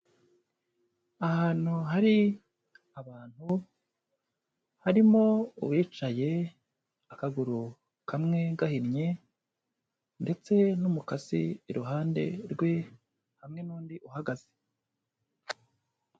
Ahantu hari abantu harimo uwicaye akaguru kamwe gahinnye ndetse n'umukasi iruhande rwe hamwe n'undi uhagaze.